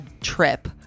trip